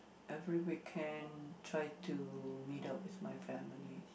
every weekend try to meet up with my family